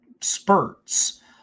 spurts